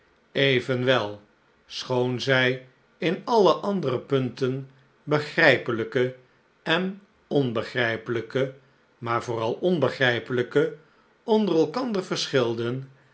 evenwel schoon zij in alle andere punten begrijpelijke en onbegrijpelijke maar vooral onbegrijpelijke onder elkander verschilden